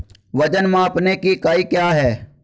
वजन मापने की इकाई क्या है?